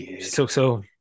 So-so